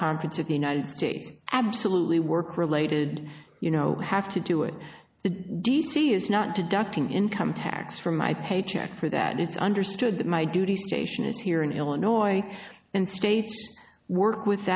conference of the united states absolutely work related you know have to do it the d c is not to ducting income tax from my paycheck for that it's understood that my duty station is here in illinois and states work with